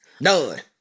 Done